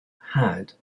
had